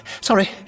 Sorry